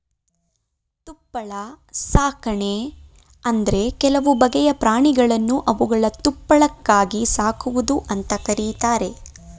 ತುಪ್ಪಳ ಸಾಕಣೆ ಅಂದ್ರೆ ಕೆಲವು ಬಗೆಯ ಪ್ರಾಣಿಗಳನ್ನು ಅವುಗಳ ತುಪ್ಪಳಕ್ಕಾಗಿ ಸಾಕುವುದು ಅಂತ ಕರೀತಾರೆ